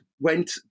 went –